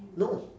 no